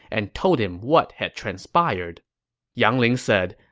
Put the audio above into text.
and told him what had transpired yang ling said,